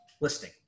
listing